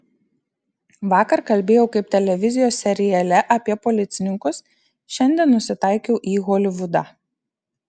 vakar kalbėjau kaip televizijos seriale apie policininkus šiandien nusitaikiau į holivudą